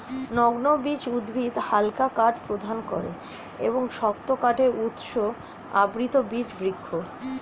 নগ্নবীজ উদ্ভিদ হালকা কাঠ প্রদান করে এবং শক্ত কাঠের উৎস আবৃতবীজ বৃক্ষ